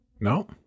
No